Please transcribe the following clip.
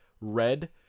Red